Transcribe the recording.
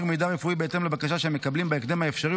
מידע רפואי בהתאם לבקשה שהם מקבלים בהקדם האפשרי,